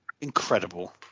Incredible